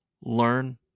Learn